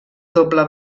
doble